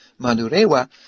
Manurewa